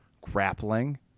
grappling